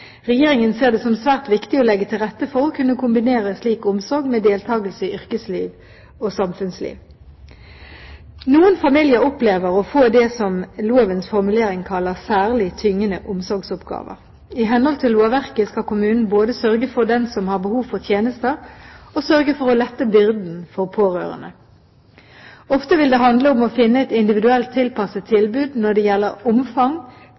Regjeringen ser det som svært viktig å legge til rette for å kunne kombinere slik omsorg med deltakelse i yrkesliv og samfunnsliv. Noen familier opplever å få det som man med lovens formulering kaller «særlig tyngende omsorgsoppgaver». I henhold til lovverket skal kommunen både sørge for den som har behov for tjenester, og sørge for å lette byrden for pårørende. Ofte vil det handle om å finne et individuelt tilpasset tilbud når det gjelder omfang,